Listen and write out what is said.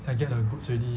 I get the goods already